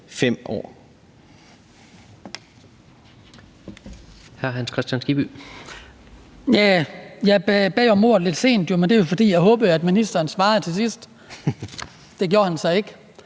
Kl. 20:07 Hans Kristian Skibby (DF): Jeg bad jo om ordet lidt sent, men det var, fordi jeg håbede, at ministeren svarede til sidst. Det gjorde han så ikke.